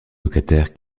locataires